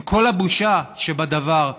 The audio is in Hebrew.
עם כל הבושה שבדבר: